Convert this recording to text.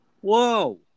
Whoa